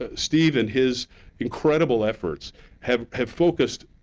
ah steve and his incredible efforts have have focused